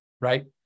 Right